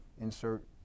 insert